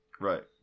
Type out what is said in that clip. Right